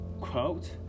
quote